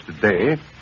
today